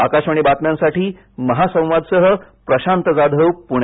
आकाशवाणी बातम्यांसाठी महासंवादसह प्रशांत जाधव प्रणे